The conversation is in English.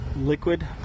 liquid